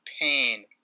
pain